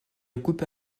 occupe